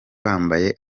bambaye